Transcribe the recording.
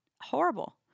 Horrible